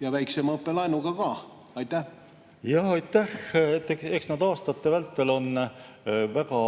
ka väiksema õppelaenuga? Aitäh! Eks need aastate vältel on väga